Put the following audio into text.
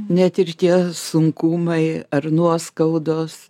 net ir tie sunkumai ar nuoskaudos